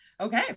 Okay